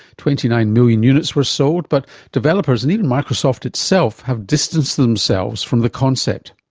twenty nine million units were sold, but developers and even microsoft itself have distanced themselves from the concept.